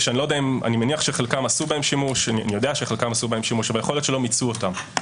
אני יודע שבחלקם עשו שימוש אבל יכול להיות שלא מיצו אותם.